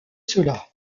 cela